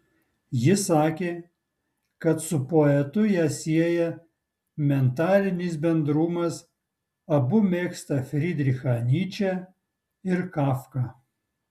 ji sakė kad su poetu ją sieja mentalinis bendrumas abu mėgsta frydrichą nyčę ir kafką